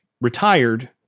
retired